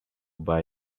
buy